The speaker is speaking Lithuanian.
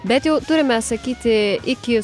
bet jau turime sakyti iki